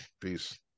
Peace